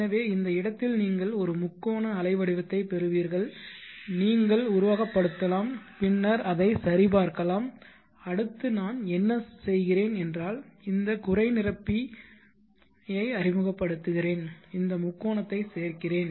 எனவே இந்த இடத்தில் நீங்கள் ஒரு முக்கோண அலைவடிவத்தை பெறுவீர்கள் நீங்கள் உருவகப்படுத்தலாம் பின்னர் அதைச் சரிபார்க்கலாம் அடுத்து நான் என்ன செய்கிறேன் என்றால் இந்த குறை நிரப்பியை அறிமுகப்படுத்துகிறேன் இந்த முக்கோணத்தை சேர்க்கிறேன்